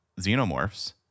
xenomorphs